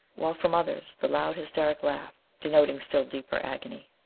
while from others the loud hysteric laugh, denoting still deeper agony.